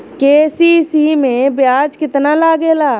KCC में ब्याज कितना लागेला?